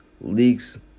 leaks